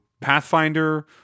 Pathfinder